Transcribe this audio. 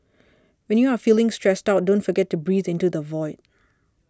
when you are feeling stressed out don't forget to breathe into the void